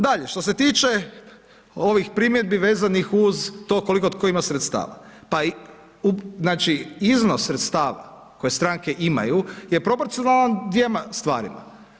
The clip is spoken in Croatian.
Dalje, što se tiče ovih primjedbi vezanih uz to koliko tko ima sredstava, pa i u, znači iznos sredstava koje stranke imaju je proporcionalan dvjema stvarima.